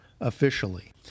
officially